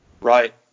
Right